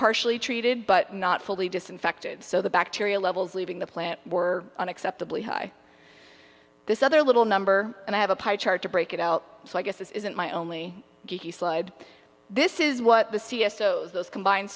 partially treated but not fully disinfected so the bacteria levels leaving the plant were unacceptably high this other little number and i have a chart to break it out so i guess this isn't my only geeky slide this is what the c s o those combined